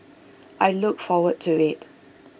I look forward to IT